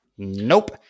Nope